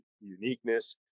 uniqueness